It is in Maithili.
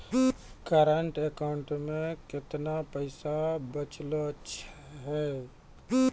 करंट अकाउंट मे केतना पैसा बचलो छै?